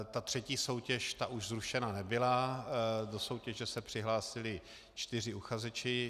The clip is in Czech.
Ta třetí soutěž, ta už zrušena nebyla, do soutěže se přihlásili čtyři uchazeči.